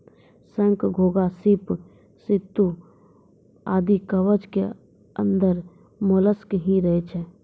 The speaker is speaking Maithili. शंख, घोंघा, सीप, सित्तू आदि कवच के अंदर मोलस्क ही रहै छै